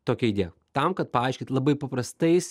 tokia idėja tam kad paaiškyt labai paprastais